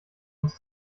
uns